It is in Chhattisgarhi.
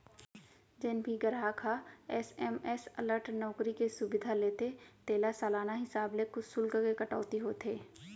जेन भी गराहक ह एस.एम.एस अलर्ट नउकरी के सुबिधा लेथे तेला सालाना हिसाब ले कुछ सुल्क के कटौती होथे